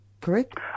Correct